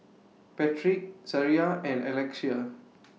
Patric Zaria and Alexia